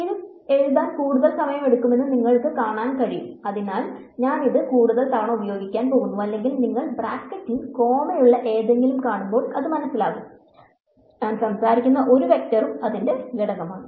ഇത് എഴുതാൻ കൂടുതൽ സമയം എടുക്കുമെന്ന് നിങ്ങൾക്ക് കാണാൻ കഴിയും അതിനാൽ ഞാൻ ഇത് കൂടുതൽ തവണ ഉപയോഗിക്കാൻ പോകുന്നു അല്ലെങ്കിൽ നിങ്ങൾ ബ്രാക്കറ്റിൽ കോമയുള്ള എന്തെങ്കിലും കാണുമ്പോൾ അത് മനസ്സിലാകും ഞാൻ സംസാരിക്കുന്ന ഒരു വെക്റ്ററും അതിന്റെ ഘടകങ്ങളും